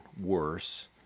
worse